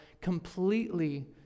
completely